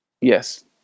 Yes